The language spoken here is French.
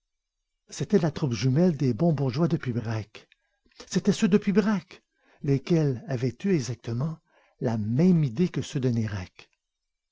c'était la troupe jumelle des bons bourgeois de pibrac c'étaient ceux de pibrac lesquels avaient eu exactement la même idée que ceux de nayrac